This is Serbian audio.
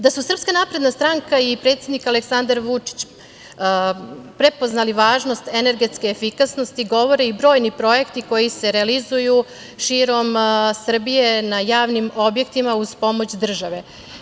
Da su SNS i predsednik Aleksandar Vučić, prepoznali važnost energetske efikasnosti, govore i brojni projekti koji se realizuju širom Srbije na javnim objektima uz pomoć države.